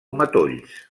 matolls